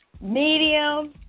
Medium